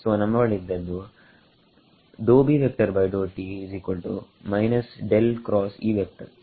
ಸೋನಮ್ಮ ಬಳಿ ಇದ್ದದ್ದು ಸರಿ